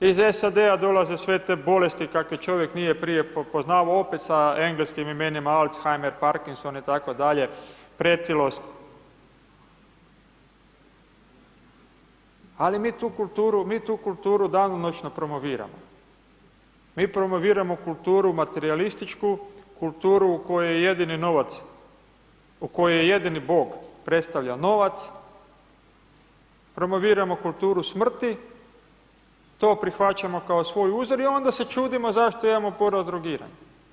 Iz SAD-a dolaze sve te bolesti kakve čovjek nije prije poznavao opet sa engleskim imenima Altzheimer, Parkinson i tako dalje, pretilost, ali mi tu kulturu, mi tu kulturu danonoćno promoviramo, mi promoviramo kulturu materijalističku, kulturu u kojoj je jedini novac, u kojoj jedini bog predstavlja novac, promoviramo kulturu smrti, to prihvaćamo kao svoj uzor, i onda se čudimo zašto imamo ... drogiranih.